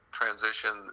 transition